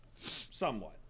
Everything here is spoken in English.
somewhat